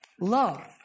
love